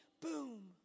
Boom